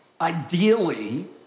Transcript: ideally